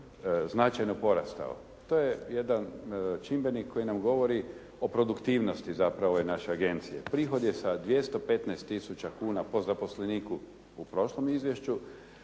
značajno porastao. To je jedan čimbenik koji nam govori o produktivnosti zapravo ove naše agencije. Prihod je sa 215 tisuća kuna po zaposleniku u prošlom izvješću,